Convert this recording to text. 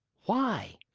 why?